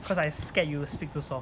cause I scared you speak too soft